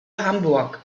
hamburg